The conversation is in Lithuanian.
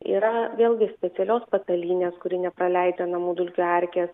yra vėlgi specialios patalynės kuri nepraleidžia namų dulkių erkės